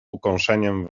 ukąszeniem